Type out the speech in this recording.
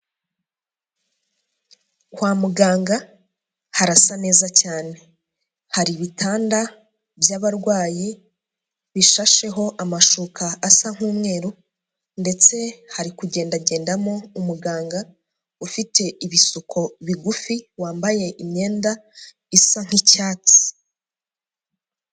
Kwa muganga harasa neza cyane, hari ibitanda by'abarwayi bishasheho amashuka asa nk'umweru ndetse hari kugendagendamo umuganga ufite ibisuko bigufi, wambaye imyenda isa nk'icyatsi.